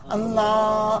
Allah